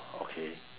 okay